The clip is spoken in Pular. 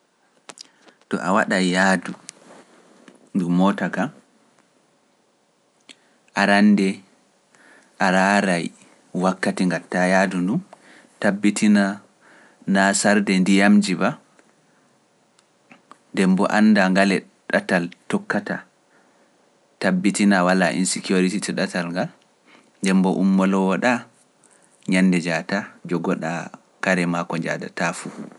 To a waɗa yaadu ndu mawta ka, arande araaray wakkati ngattaa yaadu ndu, tabbitina naa sarde ndiyamji ba, nde mbo anndaa ngale ɗatal tokkata, tabbitina walaa in-sicurity to ɗatal nga, nde mbo ummolowo ɗaa ñande jaataa, jogo ɗaa kare maa ko njahdaa taa fuu.